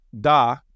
Da